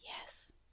Yes